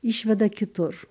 išveda kitur